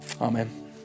Amen